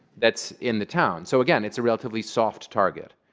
that's in the town. so again, it's a relatively soft target.